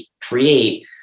create